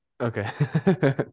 Okay